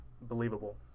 believable